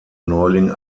neuling